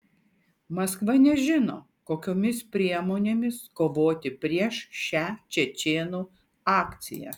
maskva nežino kokiomis priemonėmis kovoti prieš šią čečėnų akciją